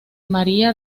maría